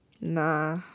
Nah